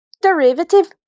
derivative